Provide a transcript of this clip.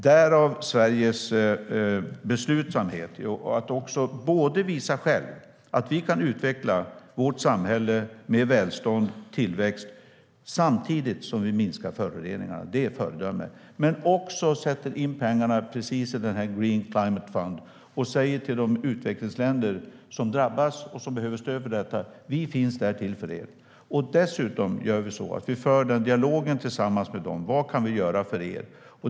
Därav kommer Sveriges beslutsamhet att själva visa att vi kan utveckla vårt samhälle med välstånd och tillväxt samtidigt som vi minskar föroreningarna. Det är ett föredöme. Men vi sätter också in pengarna i Green Climate Fund och säger till de utvecklingsländer som drabbas och behöver stöd för detta: Vi finns till där för er. Dessutom för vi dialogen tillsammans med dem. Vad kan vi göra för er?